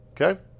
Okay